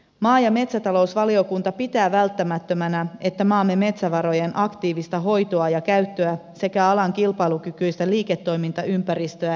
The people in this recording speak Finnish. maa ja metsätalousvaliokunta pitää välttämättömänä että maamme metsävarojen aktiivista hoitoa ja käyttöä sekä alan kilpailukykyistä liiketoimintaympäristöä edistetään